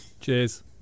Cheers